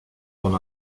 con